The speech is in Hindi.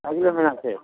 अगले महीना से